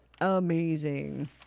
amazing